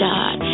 God